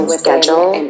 schedule